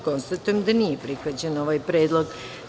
Konstatujem da nije prihvaćen ovaj predlog.